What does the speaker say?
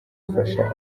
ufasha